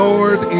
Lord